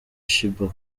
sheebah